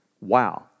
Wow